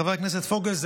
חבר כנסת פוגל,